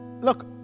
Look